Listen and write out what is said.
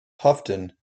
houghton